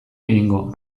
egingo